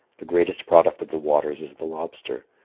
the greatest product of the waters is the lobster.